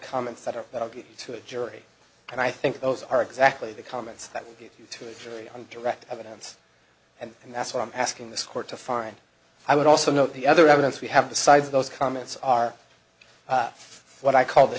comments that are that i give to a jury and i think those are exactly the comments that we give to a jury on direct evidence and and that's what i'm asking this court to find i would also note the other evidence we have the size of those comments are half what i call the